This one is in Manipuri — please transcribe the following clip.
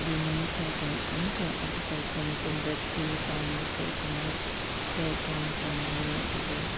ꯑꯗꯨ ꯅꯨꯃꯤꯠ ꯀꯌꯥ ꯑꯃꯨꯛꯀ ꯑꯗꯨ ꯇꯧꯈ꯭ꯔ ꯃꯇꯨꯡꯗ ꯆꯦ ꯆꯥꯡꯗꯤ ꯀꯔꯤ ꯀꯃꯥꯏꯅ ꯀꯌꯥꯝ ꯆꯪꯒꯅꯤ ꯑꯗꯨꯒ